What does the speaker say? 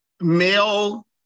male